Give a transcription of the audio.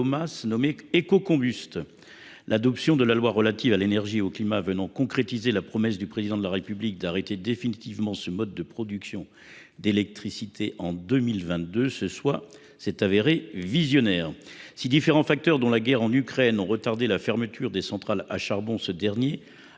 l’adoption de loi relative à l’énergie et au climat, qui est venue concrétiser la promesse du Président de la République d’arrêter définitivement ce mode de production d’électricité en 2022, ce choix s’est révélé visionnaire. Si différents facteurs, dont la guerre en Ukraine, expliquent le retard pris dans la fermeture des centrales à charbon, le Président